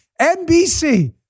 NBC